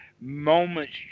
moments